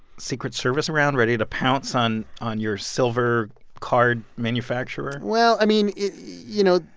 secret service around ready to pounce on on your silver card manufacturer? well, i mean, you know,